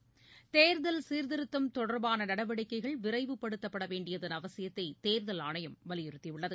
நி தேர்தல் சீர்திருத்தம் தொடர்பான நடவடிக்கைகள் விரைவுப்படுத்தப்பட வேண்டியதன் அவசியத்தை தேர்தல் ஆணையம் வலியுறுத்தி உள்ளது